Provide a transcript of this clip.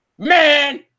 Man